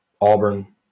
Auburn